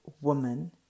woman